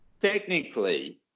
technically